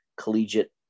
collegiate